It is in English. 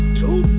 two